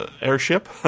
airship